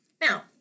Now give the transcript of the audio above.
Now